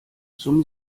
zum